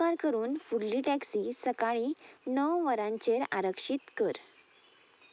उपकार करून फुडली टॅक्सी सकाळी णव वरांचेर आरक्षीत कर